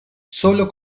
sólo